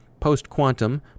PostQuantum